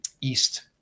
east